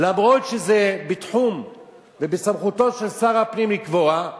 אף-על-פי שזה בתחום ובסמכותו של שר הפנים לקבוע,